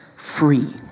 Free